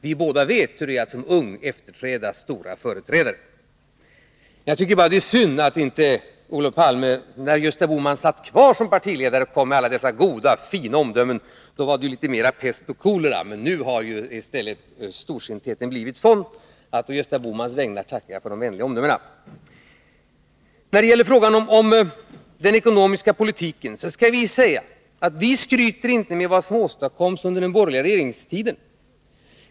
Vi båda vet hur det är att som ung efterträda en stor företrädare. Jag tycker bara det är synd att inte Olof Palme medan Gösta Bohman satt kvar som partiledare kom med alla dessa goda och fina omdömen. Då var det julitet mera ”pest och kolera”, men nu har i stället storsintheten blivit sådan att jag på Gösta Bohmans vägnar tackar för de vänliga omdömena. När det gäller frågan om den ekonomiska politiken skryter vi inte med vad som åstadkoms under den borgerliga regeringstiden.